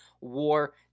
war